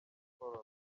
corona